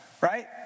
right